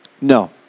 No